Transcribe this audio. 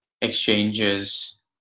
exchanges